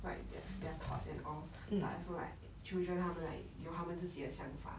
like their their thoughts and all but also like children 他们 like 有他们自己的想法